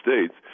States